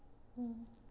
mm